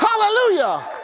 Hallelujah